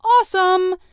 awesome